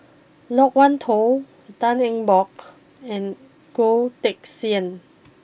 Loke Wan Tho Tan Eng Bock and Goh Teck Sian